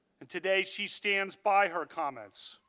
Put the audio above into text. and today she stands by her comments.